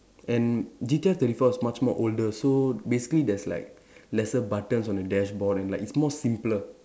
and G_T_R thirty four is much more older so basically there's like lesser buttons on the dashboard and like it's more simpler